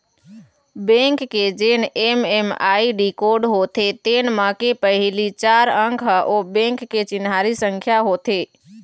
bank के जेन MMID code होथे तेन म के पहिली चार अंक ह ओ बेंक के चिन्हारी संख्या होथे